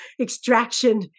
extraction